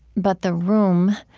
but the room